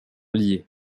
liées